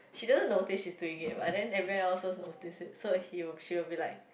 she doesn't notice she's doing it but then everywhere else also notice so he will she will be like